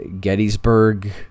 Gettysburg